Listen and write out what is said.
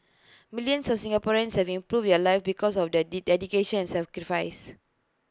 millions of Singaporeans have improved their lives because of the D dedication and sacrifice